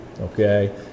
okay